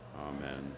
Amen